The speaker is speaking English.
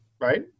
right